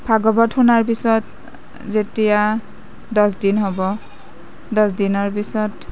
ভাগৱত শুনাৰ পিছত যেতিয়া দহ দিন হ'ব দহ দিনৰ পিছত